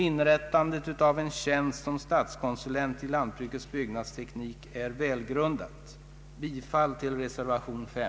Inrättandet av en tjänst som statskonsulent med uppgift att bevaka frågor rörande lantbrukets byggnadsteknik är välgrundad. Herr talman! Jag ber att få yrka bifall till reservationen.